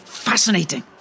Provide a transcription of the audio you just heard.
Fascinating